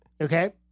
Okay